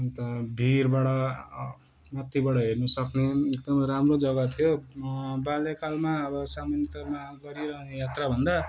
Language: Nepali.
अन्त भीरबाट माथिबाट हेर्न सक्ने एकदम राम्रो जग्गा थियो बाल्यकालमा अब सामान्य तवरमा गरिरहने यात्राभन्दा